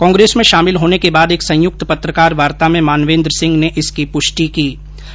कांग्रेस में शामिल होने के बाद एक संयुक्त पत्रकार वार्ता में मानवेन्द्र सिंह ने इसकी पुष्टि की है